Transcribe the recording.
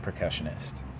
percussionist